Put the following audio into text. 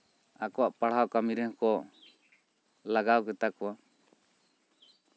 ᱟᱠᱚᱣᱟᱜ ᱯᱟᱲᱦᱟᱣ ᱠᱟᱹᱢᱤ ᱨᱮᱦᱚᱸ ᱠᱚ ᱞᱟᱜᱟᱣ ᱠᱮᱛᱟ ᱠᱚᱣᱟ